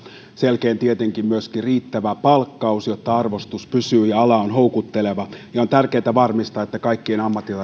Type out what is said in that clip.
sen jälkeen tietenkin myöskin riittävä palkkaus jotta arvostus pysyy ja ala on houkutteleva on tärkeätä varmistaa että kaikkien ammattitaito